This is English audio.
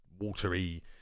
watery